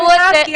לא, את לא מבינה?